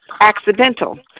accidental